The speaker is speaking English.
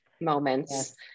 moments